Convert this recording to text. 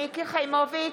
חיימוביץ'